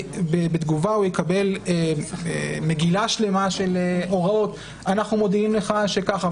ובתגובה הוא יקבל מגילה שלמה של הוראות: אנחנו מודיעים לך שככה,